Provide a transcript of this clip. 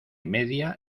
media